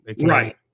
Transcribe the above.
Right